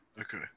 Okay